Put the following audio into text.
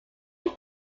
was